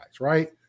right